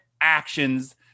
actions